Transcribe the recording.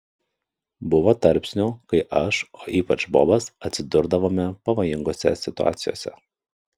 buvo tarpsnių kai aš o ypač bobas atsidurdavome pavojingose situacijose